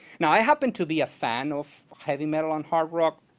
now i happen to be a fan of heavy metal and hard rock,